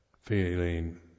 feeling